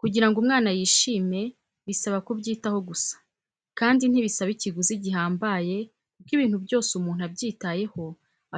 Kugira ngo umwana yishime bisaba kubyitaho gusa kandi ntibisaba ikiguzi gihambaye kuko ibintu byos umuntu abyitayeho